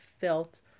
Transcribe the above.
felt